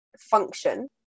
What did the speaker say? function